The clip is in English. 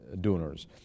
donors